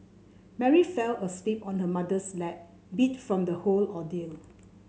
Mary fell asleep on her mother's lap beat from the whole ordeal